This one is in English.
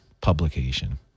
publication